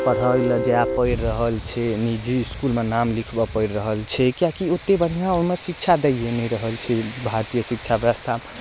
पढ़ैला जाय पड़ि रहल छै निजी इसकुलमे नाम लिखबऽ पड़ि रहल छै किएक कि ओते बढ़िआँ ओइमे शिक्षा दैये ने रहल छै भारतीय शिक्षा व्यवस्था